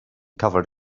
covered